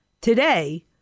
Today